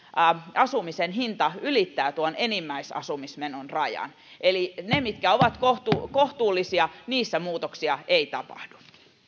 asumisen hinta ylittää tuon enimmäisasumismenon rajan eli niissä mitkä ovat kohtuullisia kohtuullisia muutoksia ei tapahdu